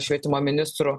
švietimo ministrų